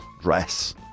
Dress